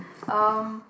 um